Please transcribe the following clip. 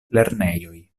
lernejoj